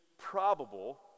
probable